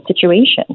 situation